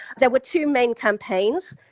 there were two main campaigns.